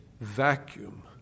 vacuum